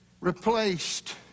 replaced